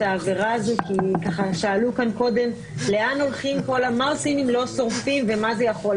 העבירה הזאת כי שאלו כאן קודם מה עושים אם לא שורפים ומה זה יכול לעשות?